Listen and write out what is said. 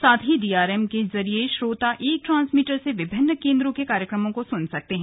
साथ ही डीआरएम के जरिए श्रोता एक ट्रांसमीटर से विभिन्न केन्द्रों के कार्यक्रमों को सुन सकते है